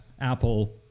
apple